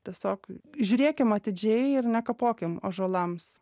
tiesiog žiūrėkim atidžiai ir nekapokim ąžuolams